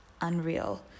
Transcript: unreal